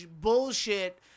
bullshit